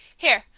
here,